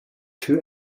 two